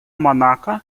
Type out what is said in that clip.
монако